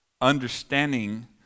understanding